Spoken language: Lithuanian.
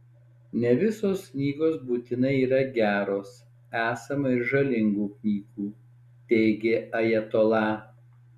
ne visos knygos būtinai yra geros esama ir žalingų knygų teigė ajatola